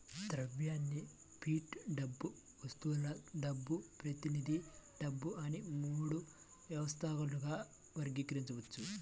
ద్రవ్యాన్ని ఫియట్ డబ్బు, వస్తువుల డబ్బు, ప్రతినిధి డబ్బు అని మూడు వ్యవస్థలుగా వర్గీకరించవచ్చు